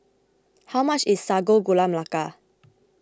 how much is Sago Gula Melaka